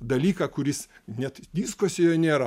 dalyką kuris net diskuose jo nėra